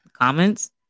comments